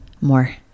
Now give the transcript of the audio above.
more